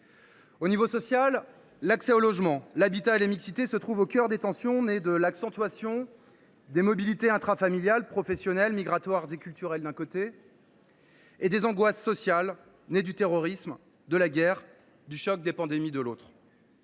Au niveau social, l’accès au logement, l’habitat et les mixités se trouvent au cœur des tensions nées de l’accentuation, d’une part, des mobilités intrafamiliales, professionnelles, migratoires et culturelles, et, d’autre part, des angoisses sociales nées du terrorisme, de la guerre, du choc des pandémies.